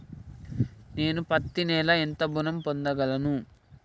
నేను పత్తి నెల ఎంత ఋణం పొందగలను?